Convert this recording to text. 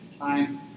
time